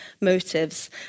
motives